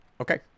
Okay